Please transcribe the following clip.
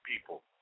people